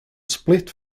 split